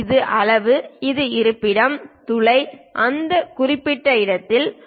இது அளவு இது இருப்பிடம் துளை அந்த குறிப்பிட்ட இடத்தில் உள்ளது